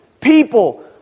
People